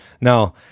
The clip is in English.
now